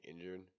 injured